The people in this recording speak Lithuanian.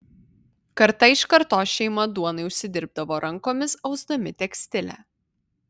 karta iš kartos šeima duonai užsidirbdavo rankomis ausdami tekstilę